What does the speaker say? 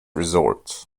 resort